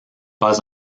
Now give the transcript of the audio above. pas